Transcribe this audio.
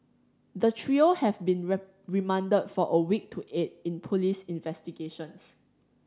the trio have been remanded for a week to aid in police investigations